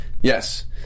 Yes